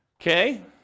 Okay